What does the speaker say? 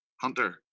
Hunter